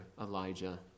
Elijah